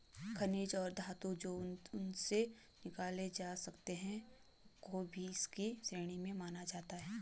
खनिज और धातु जो उनसे निकाले जा सकते हैं को भी इसी श्रेणी में माना जाता है